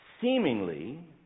seemingly